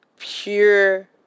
pure